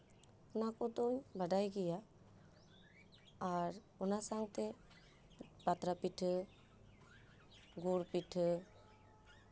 ᱚᱱᱟ ᱠᱚᱫᱚ ᱵᱟᱰᱟᱭ ᱜᱮᱭᱟ ᱟᱨ ᱚᱱᱟ ᱥᱟᱶᱛᱮ ᱯᱟᱛᱲᱟ ᱯᱤᱴᱷᱟᱹ ᱜᱩᱲ ᱯᱤᱴᱷᱟᱹ